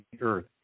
earth